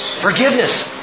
Forgiveness